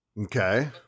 Okay